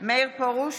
מאיר פרוש,